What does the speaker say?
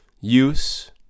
use